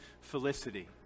felicity